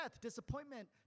disappointment